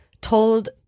told